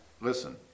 listen